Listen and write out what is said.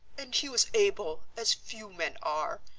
and he was able, as few men are,